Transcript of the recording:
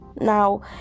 Now